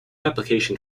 application